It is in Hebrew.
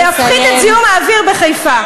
כדי להפחית את זיהום האוויר בחיפה.